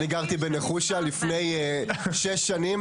אני גרתי בנחושה לפני שש שנים,